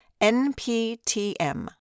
NPTM